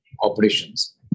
operations